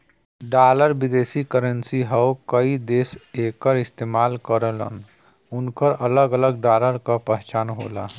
dollar विदेशी currency हौ कई देश एकर इस्तेमाल करलन उनकर अलग अलग डॉलर क पहचान होला